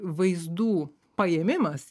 vaizdų paėmimas